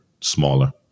smaller